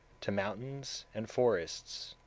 to mountains and forests,